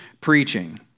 preaching